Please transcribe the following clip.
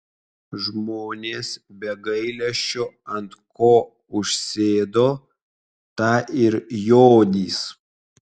žmonės be gailesčio ant ko užsėdo tą ir jodys